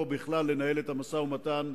או בכלל לנהל את המשא-ומתן,